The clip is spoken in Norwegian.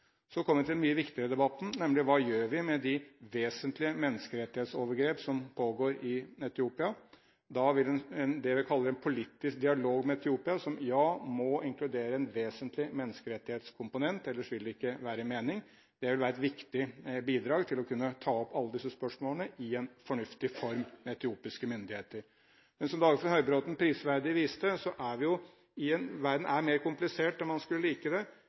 Så kommer vi til den mye viktigere debatten: Hva gjør vi med de vesentlige menneskerettighetsovergrep som pågår i Etiopia? Da vil det en kaller en politisk dialog med Etiopia – som må inkludere en vesentlig menneskerettighetskomponent, ellers vil det ikke gi mening – være et viktig bidrag til å kunne ta opp alle disse spørsmålene i en fornuftig form med etiopiske myndigheter. Men som Dagfinn Høybråten prisverdig viste til, er verden mer komplisert enn man skulle like. Etiopia er avgjørende for konfliktløsning i Somalia og i Sudan. Etiopia er